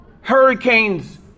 Hurricanes